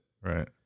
Right